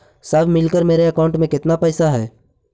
सब मिलकर मेरे अकाउंट में केतना पैसा है?